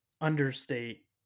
understate